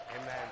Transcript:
Amen